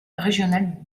régional